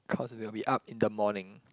cause we will be up in the morning